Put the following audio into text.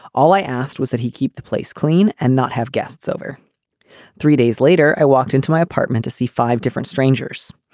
all i asked was that he keep the place clean and not have guests over three days later, i walked into my apartment to see five different strangers.